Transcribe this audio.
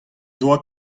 doa